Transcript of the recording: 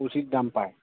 উচিত দাম পায়